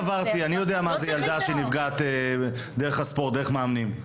יודע מה זה ילדה שנפגעת דרך מאמנים בספורט.